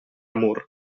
amor